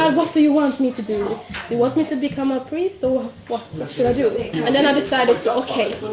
um what do you want me to do? do want me to become a priest? so what should i do? and then i decided, so ok,